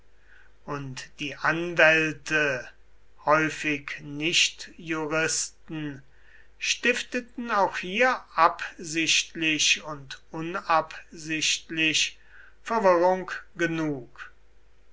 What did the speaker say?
und die anwälte häufig nichtjuristen stifteten auch hier absichtlich und unabsichtlich verwirrung genug